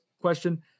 question